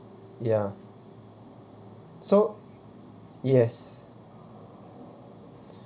ya so yes